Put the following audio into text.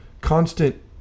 constant